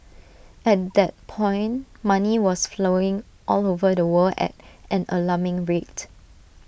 at that point money was flowing all over the world at an alarming rate